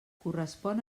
correspon